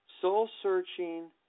soul-searching